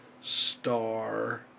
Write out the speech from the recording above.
star